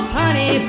honey